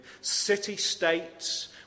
City-states